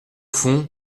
fond